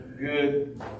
good